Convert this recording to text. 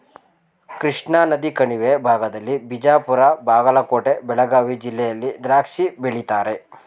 ಕೃಷ್ಣಾನದಿ ಕಣಿವೆ ಭಾಗದಲ್ಲಿ ಬಿಜಾಪುರ ಬಾಗಲಕೋಟೆ ಬೆಳಗಾವಿ ಜಿಲ್ಲೆಯಲ್ಲಿ ದ್ರಾಕ್ಷಿ ಬೆಳೀತಾರೆ